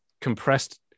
compressed